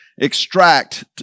extract